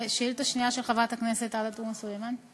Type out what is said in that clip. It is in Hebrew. שאילתה שנייה, של חברת הכנסת עאידה תומא סלימאן.